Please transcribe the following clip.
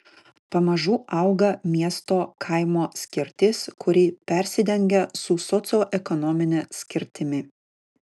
pamažu auga miesto kaimo skirtis kuri persidengia su socioekonomine skirtimi